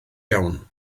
iawn